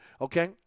okay